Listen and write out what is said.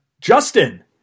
Justin